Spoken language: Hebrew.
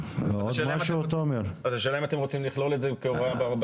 השאלה אם אתם רוצים לכלול את זה בתקנה.